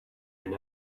and